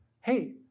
hey